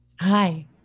Hi